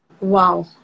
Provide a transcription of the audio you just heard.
Wow